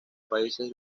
países